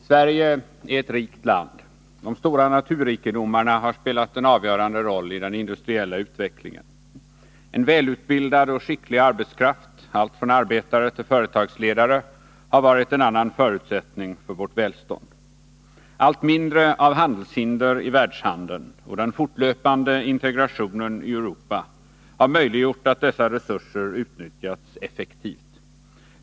Herr talman! Sverige är ett rikt land. De stora naturrikedomarna har spelat en avgörande roll i den industriella utvecklingen. En välutbildad och skicklig arbetskraft — allt från arbetare till företagsledare — har varit en annan förutsättning för vårt välstånd. Allt mindre av handelshinder i världshandeln och den fortlöpande integrationen i Europa har möjliggjort att dessa resurser utnyttjats effektivt.